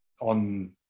on